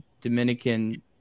dominican